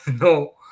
no